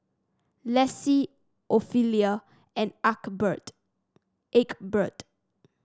Laci Ophelia and Egbert